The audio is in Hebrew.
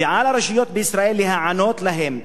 ועל הרשויות בישראל להיענות להן.